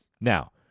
now